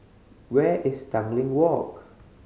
where is Tanglin Walk